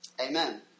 Amen